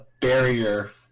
barrier